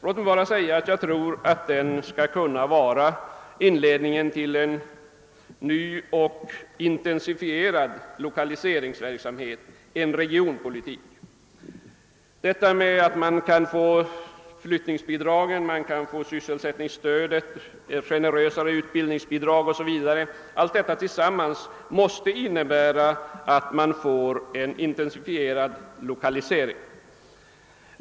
Låt mig bara säga att jag tror att den skall bli inledningen till en ny och intensifierad lokalise generösa utbildningsbidrag o.s. v. måste tillsammans innebära att det blir en intensifierad lokalisering.